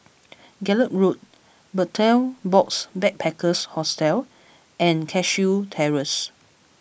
Gallop Road Betel Box Backpackers Hostel and Cashew Terrace